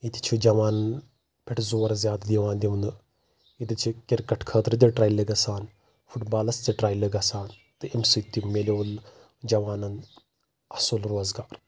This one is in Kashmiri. ییٚتہِ چھُ جوانن پٮ۪ٹھ زور زیٛادٕ یِوان دِنہٕ ییٚتہِ چھ کِرکٹ خأطرٕ تہِ ٹرایلہٕ گژھان فُٹ بالس تہِ ٹرایلہٕ گژھان تہٕ أمہِ سۭتۍ تہِ میلیو جوانن اَصل روزگار